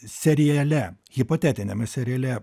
seriale hipotetiniame seriale